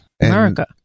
America